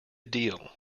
deal